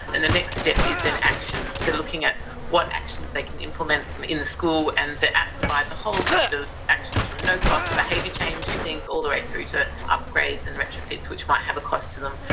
and the next step is in actions, so looking at what actions they can implement in school, and the app provides a whole list of actions from no-cost behaviour change things, all the way through to upgrades and retrofits which might have a cost to them,